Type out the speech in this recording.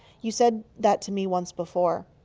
you said that to me once before.